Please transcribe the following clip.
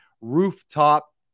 rooftop